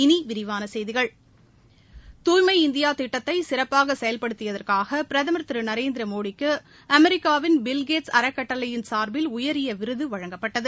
இனி விரிவான செய்திகள் தூய்மை இந்தியா திட்டத்தை சிறப்பாக செயல்படுத்தியதற்காக பிரதமர் திரு நரேந்திர மோடிக்கு அமெரிக்காவின் பில்கேட்ஸ் அறக்கட்டளையின் சார்பில் உயரிய விருது வழங்கப்பட்டது